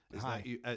Hi